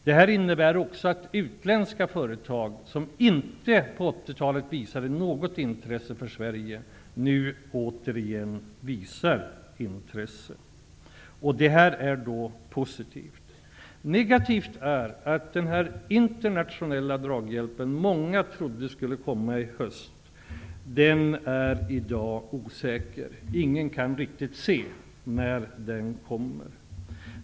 Det här innebär också att utländska företag som under 80 talet inte visade något intresse för Sverige återigen visar intresse. Det är positivt. Det negativa är att den internationella draghjälp som många trodde skulle komma i höst, i dag är osäker. Ingen kan riktigt se när den kan beräknas komma.